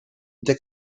deg